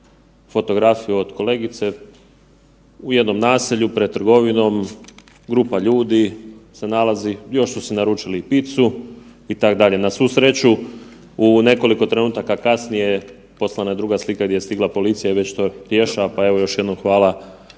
fotografiju od kolegice u jednom naselju pred trgovinom, grupa ljudi se nalazi još su si naručili i pizzu itd., na svu sreću u nekoliko trenutaka kasnije poslana je druga slika gdje je stigla policija i već to rješava, pa evo još jednom hvala